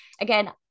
again